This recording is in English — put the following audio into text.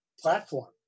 platform